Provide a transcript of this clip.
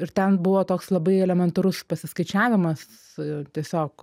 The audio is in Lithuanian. ir ten buvo toks labai elementarus pasiskaičiavimas tiesiog